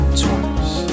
twice